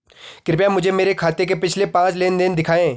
कृपया मुझे मेरे खाते के पिछले पांच लेन देन दिखाएं